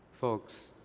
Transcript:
Folks